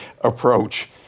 approach